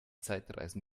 zeitreisen